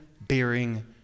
bearing